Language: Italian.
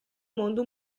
mondo